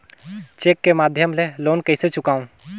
Cheque के माध्यम ले लोन कइसे चुकांव?